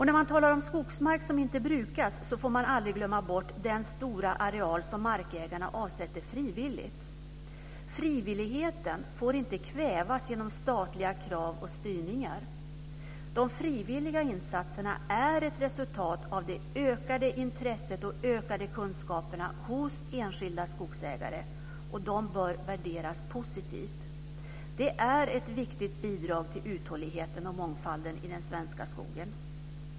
När man talar om skogsmark som inte brukas får man aldrig glömma bort den stora areal som markägarna avsätter frivilligt. Frivilligheten får inte kvävas genom statliga krav och styrningar. De frivilliga insatserna är ett resultat av det ökade intresset och kunskaperna hos enskilda skogsägare, och de bör värderas positivt. De är ett viktigt bidrag till uthålligheten och mångfalden i den svenska skogen.